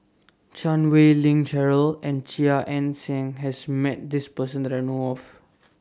Chan Wei Ling Cheryl and Chia Ann Siang has Met This Person that I know of